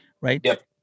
right